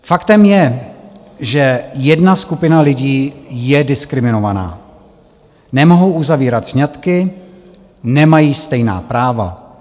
Faktem je, že jedna skupina lidí je diskriminovaná, nemohou uzavírat sňatky, nemají stejná práva.